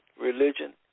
Religion